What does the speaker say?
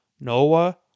Noah